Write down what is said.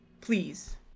Please